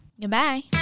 Goodbye